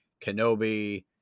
Kenobi